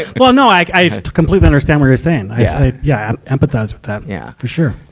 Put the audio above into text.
ah well, no. i, i completely understand what you're saying. i, i, yeah. i yeah empathize with that. yeah for sure.